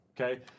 okay